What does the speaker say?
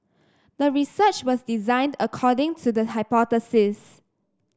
the research was designed according to the hypothesis